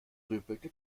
grübelte